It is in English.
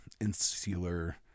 insular